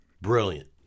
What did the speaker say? Brilliant